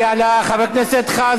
נא לא להפריע לה, חבר הכנסת חזן.